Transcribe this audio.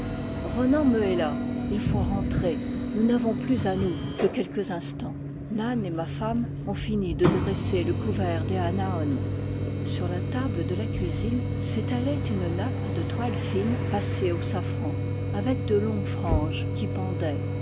me héla il faut rentrer nous n'avons plus à nous que quelques instants nann et ma femme ont fini de dresser le couvert des anaôn sur la table de la cuisine s'étalait une nappe de toile fine passée au safran avec de longues franges qui pendaient